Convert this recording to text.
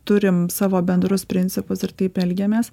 turim savo bendrus principus ir taip elgiamės